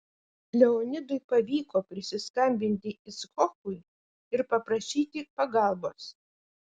leonidui pavyko prisiskambinti icchokui ir paprašyti pagalbos